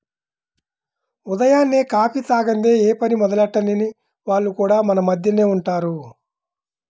ఉదయాన్నే కాఫీ తాగనిదె యే పని మొదలెట్టని వాళ్లు కూడా మన మద్దెనే ఉంటారు